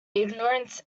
ignorance